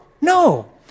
no